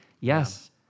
Yes